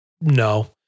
No